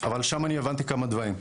אבל שם אני הבנתי כמה דברים.